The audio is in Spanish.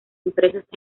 impresos